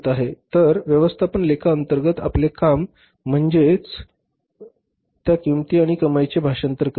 तर व्यवस्थापन लेखा अंतर्गत आपले काम म्हणजे त्या किंमती आणि कमाईचे भाषांतर करणे